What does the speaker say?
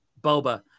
Boba